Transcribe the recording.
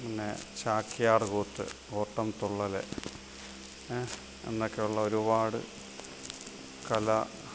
പിന്നെ ചാക്യാർകൂത്ത് ഓട്ടംതുള്ളൽ ഏഹ് എന്നൊക്കെയുള്ള ഒരുപാട് കലാ